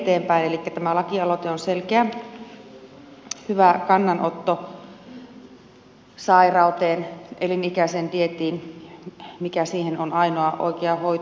elikkä tämä lakialoite on selkeä hyvä kannanotto sairauteen ja elinikäiseen dieettiin joka siihen on ainoa oikea hoito